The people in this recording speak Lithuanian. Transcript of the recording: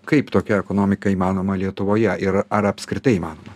kaip tokia ekonomika įmanoma lietuvoje ir ar apskritai įmanoma